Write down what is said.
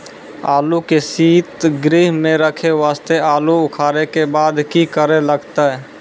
आलू के सीतगृह मे रखे वास्ते आलू उखारे के बाद की करे लगतै?